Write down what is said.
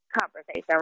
conversation